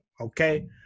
okay